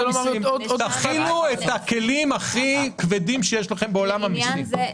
תחילו את הכלים הכי כבדים שיש לכם בעולם המיסים.